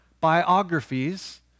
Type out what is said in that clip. biographies